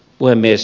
puhemies